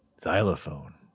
xylophone